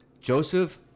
Joseph